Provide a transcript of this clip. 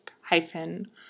hyphen